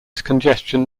congestion